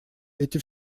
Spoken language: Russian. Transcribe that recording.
эти